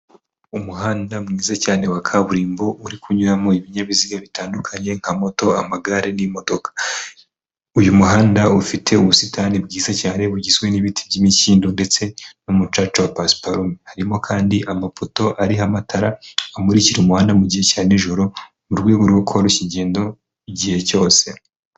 Umuhanda mwiza cyane wa kaburimbo uri kunyuramo ibinyabiziga bitandukanye nka moto, amagare n'imodoka. Uyu muhanda ufite ubusitani bwiza cyane bugizwe n'ibiti by'imikindo ndetse n'umucaca wa pasiparume, harimo kandi amapoto ariho amatara amurikira umuhanda mu gihe cya nijoro mu rwego rwo korashya urugendo igihe cyose.